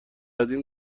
نمیدونم